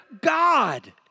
God